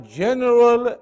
general